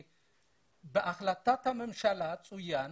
בהחלטת הממשלה צוין